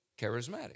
charismatic